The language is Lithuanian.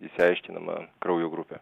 išsiaiškinama kraujo grupė